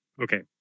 Okay